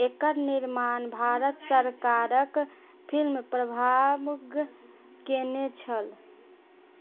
एकर निर्माण भारत सरकारक फिल्म प्रभाग केने छल